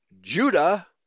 Judah